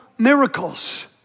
Miracles